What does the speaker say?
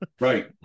Right